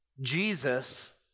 Jesus